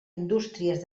indústries